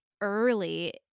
early